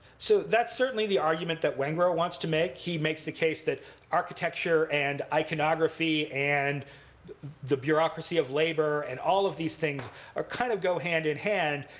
so that's certainly the argument that wengrow wants to make. he makes the case that architecture, and iconography, and the bureaucracy of labor, and all of these things are kind of go hand in hand.